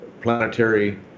planetary